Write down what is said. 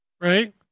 right